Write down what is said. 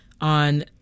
on